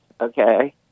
Okay